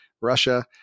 Russia